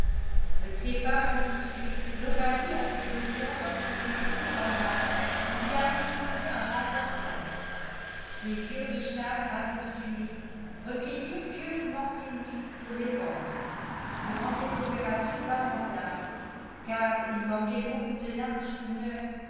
le trépas malicieux le ravit à ses auteurs lorsqu'ils n'étaient plus en âge de lui improviser un remplaçant ces vieux richards infortunés recueillirent pieusement ses nippes pour les vendre durant cette opération lamentable car il manquait beaucoup de linge tout neuf